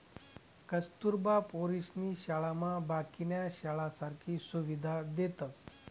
कस्तुरबा पोरीसनी शाळामा बाकीन्या शाळासारखी सुविधा देतस